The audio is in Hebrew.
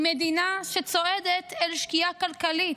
היא מדינה שצועדת אל שקיעה כלכלית,